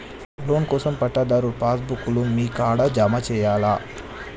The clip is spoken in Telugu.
లోన్ కోసం పట్టాదారు పాస్ బుక్కు లు మీ కాడా జమ చేయల్నా?